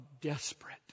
desperate